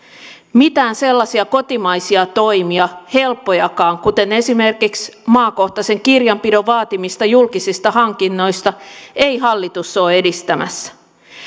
mitään sellaisia kotimaisia toimia helppojakaan kuten esimerkiksi maakohtaisen kirjanpidon vaatimista julkisista hankinnoista ei hallitus ole edistämässä